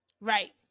Right